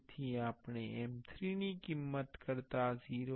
તેથી આપણે M3 ની કિંમત કરતા 0